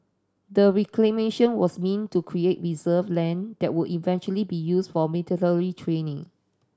the reclamation was meant to create reserve land that would eventually be used for military training